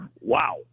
Wow